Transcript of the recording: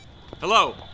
Hello